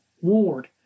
Ward